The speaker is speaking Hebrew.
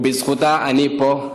ובזכותה אני פה,